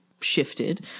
shifted